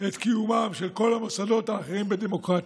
את קיומם של כל המוסדות האחרים בדמוקרטיה.